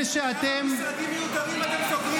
כמה משרדים מיותרים אתם סוגרים?